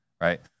right